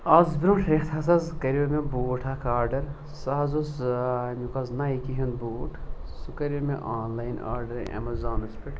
آز برٛونٛٹھ رٮ۪تھ ہَس حظ کَریو مےٚ بوٗٹھ اَکھ آڈَر سُہ حظ اوس اَمیُک حظ نَیکی ہُنٛد بوٗٹھ سُہ کَریو مےٚ آن لاین آڈَر اٮ۪مَزانَس پٮ۪ٹھ